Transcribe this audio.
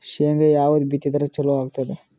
ಶೇಂಗಾ ಯಾವದ್ ಬಿತ್ತಿದರ ಚಲೋ ಆಗತದ?